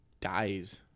dies